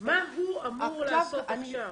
מה הוא אמור לעשות עכשיו?